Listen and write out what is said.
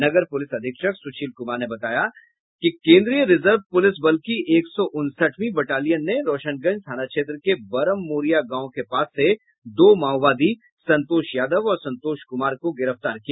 नगर police अधीक्षक सुशील कुमार ने बताया कि केन्द्रीय रिजर्व पुलिस बल की एक सौ उनसठवीं बटॉलियन ने रोशनगंज थाना क्षेत्र के बरम मोरिया गांव के पास से दो माओवादी संतोष यादव और संतोष कुमार को गिरफ्तार किया